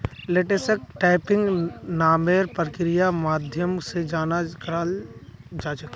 लेटेक्सक टैपिंग नामेर प्रक्रियार माध्यम से जमा कराल जा छे